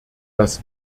das